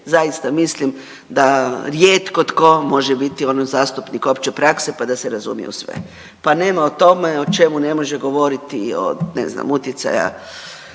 zaista mislim da rijetko tko može biti zastupnik opće prakse pa da se razumije u sve. Pa nema o tome o čemu ne može govoriti i o utjecaju